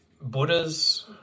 Buddhas